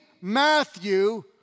Matthew